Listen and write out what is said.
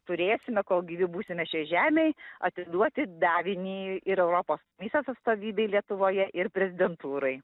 turėsime kol gyvi būsime šioj žemėj atiduoti davinį ir europos komisijos atstovybei lietuvoje ir prezidentūrai